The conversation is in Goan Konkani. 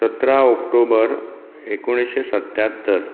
सतरा ऑक्टोबर एकुणशें सत्यात्तर